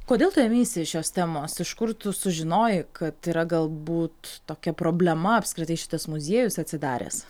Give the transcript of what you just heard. kodėl tu ėmeisi šios temos iš kur tu sužinojai kad yra galbūt tokia problema apskritai šitas muziejus atsidaręs